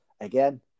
Again